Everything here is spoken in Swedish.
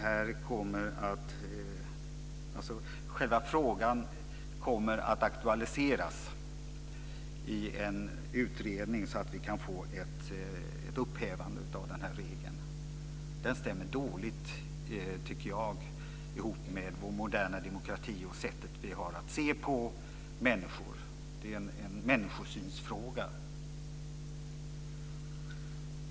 Jag hoppas att frågan aktualiseras i en utredning, så att vi kan få ett upphävande av regeln. Den stämmer dåligt med vår moderna demokrati och vårt sätt att se på människor. Det är en människosynsfråga.